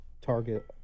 target